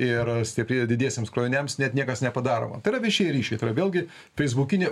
ir stipri didiesiems kroviniams net niekas nepadaroma tai yra viešieji ryšiai tai yra vėlgi feisbukinė